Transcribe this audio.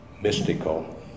mystical